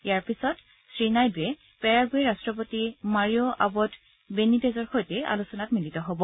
ইয়াৰ পিছত শ্ৰীনাইডুৱে পেৰাগুৱেৰ ৰাট্টপতি মাৰিও আবদ বেনিটেজৰ সৈতে আলোচনাত মিলিত হ'ব